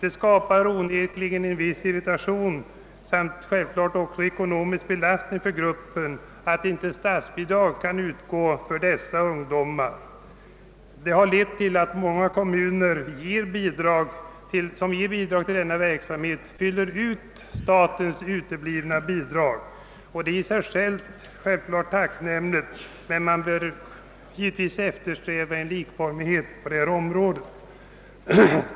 Det skapar onekligen en viss irritation och självklart också ekonomisk belastning för gruppen att inte statsbidrag kan utgå för dessa ungdomar. Detta har lett till att många kommuner, som ger bidrag till denna verksamhet fyller ut statens uteblivna stöd, vilket naturligtvis i och för sig är tacknämligt, men det bör givetvis eftersträvas likformighet på detta område.